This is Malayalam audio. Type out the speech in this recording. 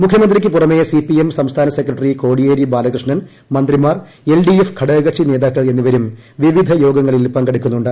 മുഖ്യമന്ത്രിക്കു പുറമെ സി പി എം സംസ്ഥാന സെക്രട്ടറി കോടിയേരി ബാലകൃഷ്ണൻ മന്ത്രിമാർ എൽ ഡി എഫ് ഘടകകക്ഷി നേതാക്കൾ എന്നിവരും വിവിധ യോഗങ്ങളിൽ പങ്കെടുക്കുന്നുണ്ട്